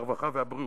הרווחה והבריאות.